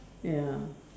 ya